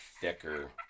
thicker